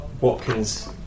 Watkins